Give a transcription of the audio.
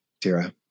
Tira